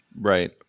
right